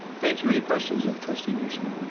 thank you. any questions of trustee musil?